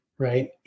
right